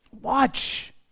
Watch